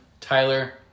Tyler